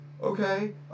Okay